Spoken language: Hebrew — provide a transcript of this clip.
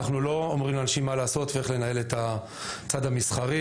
אנחנו לא אומרים לאנשים מה לעשות ואיך לנהל את הצד המסחרי.